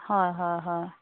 হয় হয় হয়